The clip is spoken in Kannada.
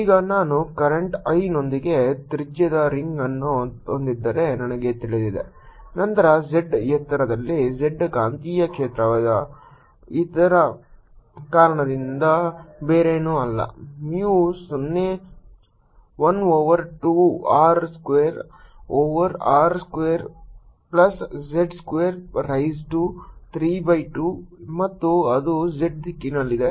ಈಗ ನಾನು ಕರೆಂಟ್ I ನೊಂದಿಗೆ ತ್ರಿಜ್ಯದ ರಿಂಗ್ಅನ್ನು ಹೊಂದಿದ್ದರೆ ನನಗೆ ತಿಳಿದಿದೆ ನಂತರ z ಎತ್ತರದಲ್ಲಿ z ಕಾಂತೀಯ ಕ್ಷೇತ್ರವು ಇದರ ಕಾರಣದಿಂದ ಬೇರೇನೂ ಅಲ್ಲ mu 0 I over 2 r square over r square plus z square raise to 3 by 2 ಮತ್ತು ಅದು z ದಿಕ್ಕಿನಲ್ಲಿದೆ